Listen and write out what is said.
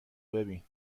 ببین